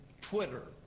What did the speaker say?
Twitter